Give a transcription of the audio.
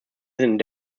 sind